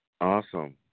Awesome